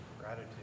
Gratitude